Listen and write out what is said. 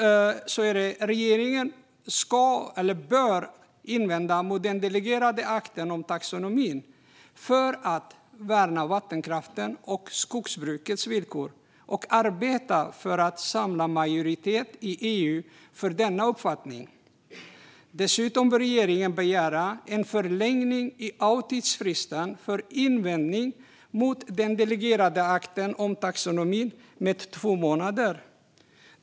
Regeringen bör invända mot den delegerade akten om taxonomin för att värna vattenkraften och skogsbrukets villkor och arbeta för att samla majoritet i EU för den uppfattningen. Dessutom bör regeringen begära en förlängning av tidsfristen för invändning mot den delegerade akten om taxonomin med två månader.